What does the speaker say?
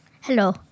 Hello